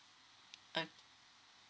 oh